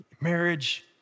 marriage